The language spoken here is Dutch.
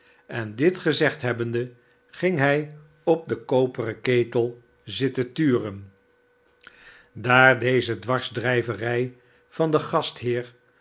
en dit gezegd hebbende ging hij op den koperen ketel zitten turen daar deze dwarsdrijverij van den gastheer